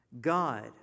God